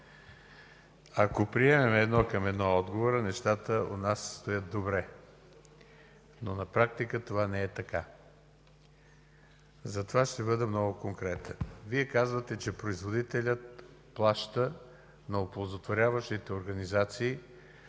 Ако приемем едно към едно отговора, нещата у нас стоят добре, но на практика това не е така. Затова ще бъда много конкретен. Вие казвате, че производителят плаща на оползотворяващите организации